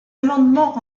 amendements